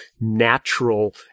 natural